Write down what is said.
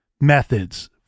methods